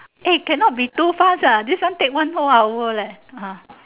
eh cannot be too fast ah this one take one whole hour leh ah